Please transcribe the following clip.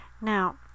Now